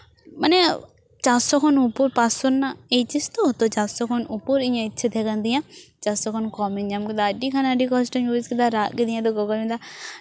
ᱢᱟᱱᱮ ᱪᱟᱨᱥᱚ ᱠᱷᱚᱱ ᱩᱯᱚᱨ ᱯᱟᱸᱥᱥᱚ ᱨᱮᱱᱟᱜ ᱮᱭᱤᱪ ᱮᱥ ᱛᱚ ᱛᱳ ᱪᱟᱨᱥᱳ ᱠᱷᱚᱱ ᱩᱯᱚᱨ ᱤᱧᱟᱹᱜ ᱤᱪᱪᱷᱟᱹ ᱛᱟᱦᱮᱸ ᱠᱟᱱ ᱛᱤᱧᱟ ᱪᱟᱨᱥᱚ ᱠᱷᱚᱱ ᱠᱚᱢᱤᱧ ᱧᱟᱢ ᱠᱮᱫᱟ ᱟᱹᱰᱤ ᱠᱷᱟᱱ ᱟᱹᱰᱤ ᱠᱚᱥᱴᱚᱧ ᱵᱩᱡᱽ ᱠᱮᱫᱟ ᱨᱟᱜ ᱠᱤᱫᱟᱹᱧ ᱜᱚᱜᱚᱭ ᱢᱮᱱᱫᱟ